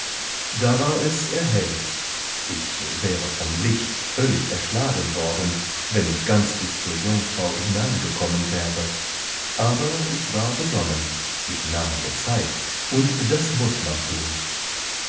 da war es erhellt ich wäre vom licht völlig erschlagen worden wenn ich ganz bis zur jungfrau hineingekommen wäre aber ich war besonnen ich nahm mir zeit und das muß man thun